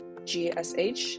GSH